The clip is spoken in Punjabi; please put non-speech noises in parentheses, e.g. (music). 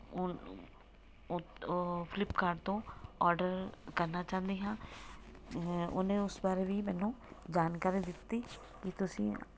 (unintelligible) ਫਲਿਪਕਾਰਟ ਤੋਂ ਆਰਡਰ ਕਰਨਾ ਚਾਹੁੰਦੇ ਹਾਂ ਉਹਨੇ ਉਸ ਬਾਰੇ ਵੀ ਮੈਨੂੰ ਜਾਣਕਾਰੀ ਦਿੱਤੀ ਕਿ ਤੁਸੀਂ